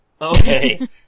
Okay